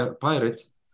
pirates